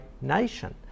nation